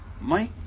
Mike